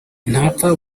ntapfa